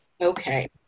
okay